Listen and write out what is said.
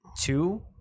two